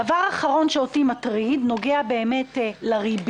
דבר אחרון שאותי מטריד נוגע לריבית.